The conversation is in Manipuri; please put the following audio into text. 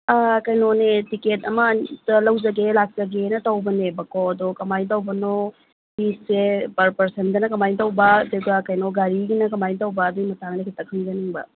ꯀꯩꯅꯣꯅꯦ ꯇꯤꯛꯀꯦꯠ ꯑꯃꯇ ꯂꯧꯖꯒꯦ ꯂꯥꯛꯆꯒꯦꯅ ꯇꯧꯕꯅꯦꯕꯀꯣ ꯑꯗꯣ ꯀꯃꯥꯏꯅ ꯇꯧꯕꯅꯣ ꯐꯤꯁꯦ ꯄꯥꯔ ꯄꯥꯔꯁꯟꯗꯅ ꯀꯃꯥꯏꯅ ꯇꯧꯕ ꯑꯗꯨꯒ ꯀꯩꯅꯣ ꯒꯥꯔꯤꯒꯤꯅ ꯀꯃꯥꯏꯅ ꯇꯧꯕ ꯑꯗꯨꯒꯤ ꯃꯇꯥꯡꯗ ꯈꯤꯇ ꯈꯪꯖꯅꯤꯡꯕ